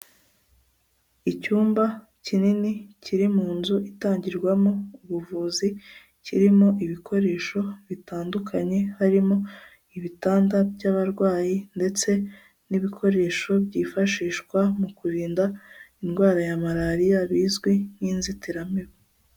Icyumba kinini kiri mu nzu itangirwamo ubuvuzi, kirimo ibikoresho bitandukanye harimo ibitanda by'abarwayi ndetse n'ibikoresho byifashishwa mu kurinda indwara ya malariya bizwi nk'inzitiramibu.